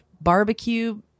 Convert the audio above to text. barbecue